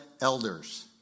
Elders